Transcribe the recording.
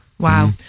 Wow